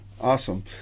Awesome